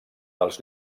dels